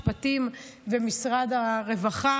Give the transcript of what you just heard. משפטים ומשרד הרווחה,